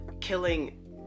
killing